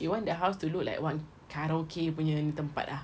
you want the house to look like one karaoke punya tempat ah